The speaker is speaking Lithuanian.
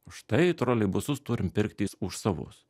štai troleibusus turim pirkti už savus